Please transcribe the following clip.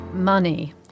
money